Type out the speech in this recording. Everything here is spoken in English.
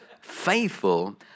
faithful